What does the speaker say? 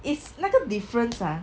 it's 那个 difference ah